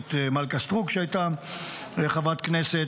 אורית מלכה סטרוק שהייתה חברת כנסת,